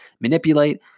manipulate